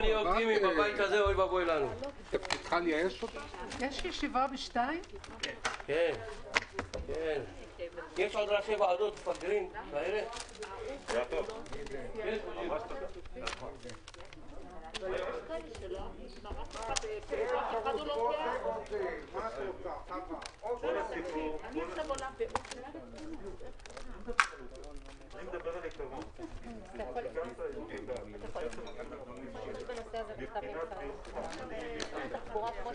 הישיבה ננעלה בשעה 13:30.